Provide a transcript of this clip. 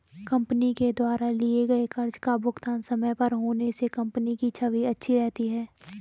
company के द्वारा लिए गए कर्ज का भुगतान समय पर होने से कंपनी की छवि अच्छी रहती है